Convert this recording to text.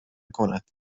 کند